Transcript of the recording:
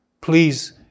Please